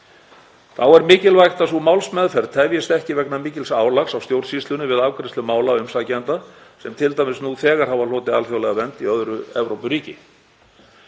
Þá er mikilvægt að sú málsmeðferð tefjist ekki vegna mikils álags á stjórnsýsluna við afgreiðslu mála umsækjenda sem hafa t.d. nú þegar hlotið alþjóðlega vernd í öðru Evrópuríki.